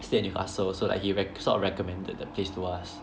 stayed with us so so like he rec~ sort of recommended the place to us